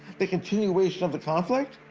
the continuation of the conflict?